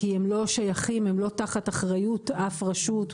כי הם לא תחת אחריות אף רשות,